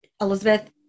Elizabeth